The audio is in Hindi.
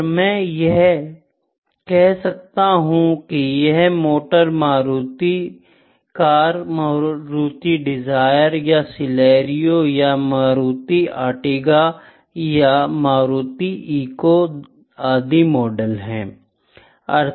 और मैं यह कहता हूं कि यह motor Maruti car Maruti Dzire यह सिलेरियो और यह मारुति अर्टिगा यह मारुति ईको आदि मॉडल है